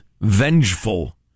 vengeful